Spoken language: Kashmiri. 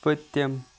پٔتِم